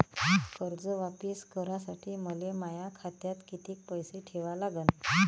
कर्ज वापिस करासाठी मले माया खात्यात कितीक पैसे ठेवा लागन?